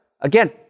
again